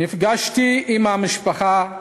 נפגשתי עם המשפחה,